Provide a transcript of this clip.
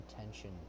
attention